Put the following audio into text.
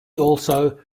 also